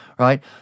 Right